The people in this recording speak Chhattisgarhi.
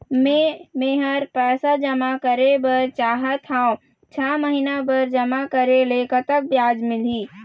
मे मेहर पैसा जमा करें बर चाहत हाव, छह महिना बर जमा करे ले कतक ब्याज मिलही?